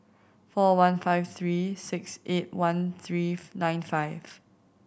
four one five three six eight one three nine five